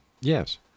yes